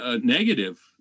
negative